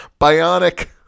bionic